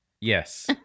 Yes